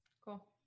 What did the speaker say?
Cool